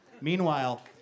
Meanwhile